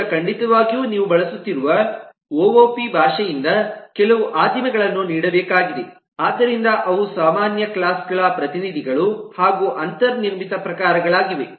ಈಗ ಖಂಡಿತವಾಗಿಯೂ ನೀವು ಬಳಸುತ್ತಿರುವ ಒಒಪಿ ಭಾಷೆಯಿಂದ ಕೆಲವು ಆದಿಮಗಳನ್ನು ನೀಡಬೇಕಾಗಿದೆ ಆದ್ದರಿಂದ ಅವು ಸಾಮಾನ್ಯವಾಗಿ ಕ್ಲಾಸ್ ಗಳ ಪ್ರತಿನಿಧಿಗಳು ಹಾಗು ಅಂತರ್ ನಿರ್ಮಿತ ಪ್ರಕಾರಗಳಾಗಿವೆ